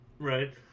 Right